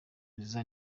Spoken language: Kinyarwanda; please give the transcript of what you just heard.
nziza